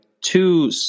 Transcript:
two